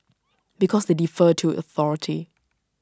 because they defer to authority